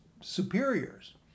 superiors